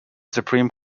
supreme